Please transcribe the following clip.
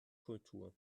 kultur